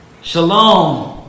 Shalom